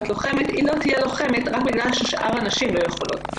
לוחמת היא לא תהיה לוחמת רק בגלל ששאר הנשים לא יכולות?